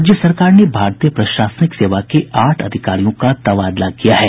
राज्य सरकार ने भारतीय प्रशासनिक सेवा के आठ अधिकारियों का तबादला किया है